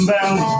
Bound